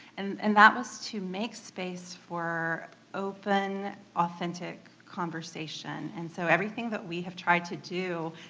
and and that was to make space for open, authentic conversation, and so everything that we have tried to do